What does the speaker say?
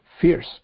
Fierce